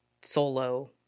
solo-